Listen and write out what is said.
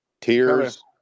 Tears